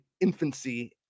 infancy